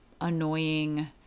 annoying